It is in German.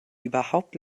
überhaupt